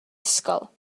ysgol